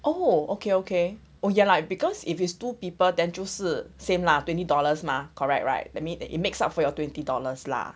oh okay okay okay oh ya lah because if it's two people than 就是 same lah twenty dollars mah correct right that means that it makes up for your twenty dollars lah